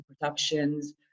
productions